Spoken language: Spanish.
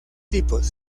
tipos